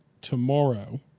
tomorrow